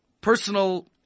personal